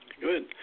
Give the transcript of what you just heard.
Good